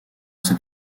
cet